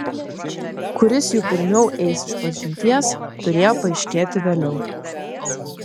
kuris jų pirmiau eis išpažinties turėjo paaiškėti vėliau